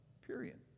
period